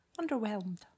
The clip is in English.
underwhelmed